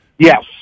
Yes